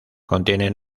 contiene